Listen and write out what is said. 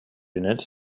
unit